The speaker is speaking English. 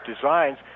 designs